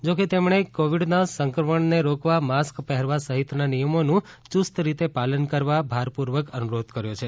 જો રકા તેમણે કોવિડના સંક્રમણને રોકવા માસ્ક પહેરવા સહિતના નિયમોનું યૂસ્ત રીતે પાલન કરવા ભારપૂર્વક અનુરોધ કર્યો હતો